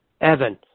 Evan